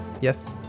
Yes